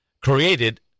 created